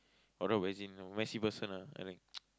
wardrobe as in messy person ah as in